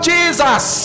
Jesus